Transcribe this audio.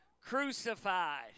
crucified